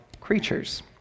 creatures